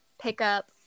pickup